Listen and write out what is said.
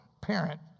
parent